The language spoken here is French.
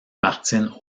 martine